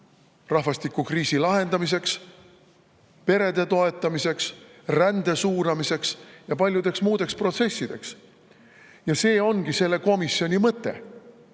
rahvastikukriisi lahendamiseks, perede toetamiseks, rände suunamiseks ja paljudeks muudeks protsessideks. See ongi selle komisjoni mõte.